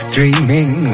Dreaming